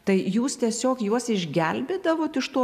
tai jūs tiesiog juos išgelbėdavot iš to